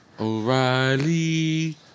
O'Reilly